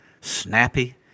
snappy